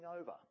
over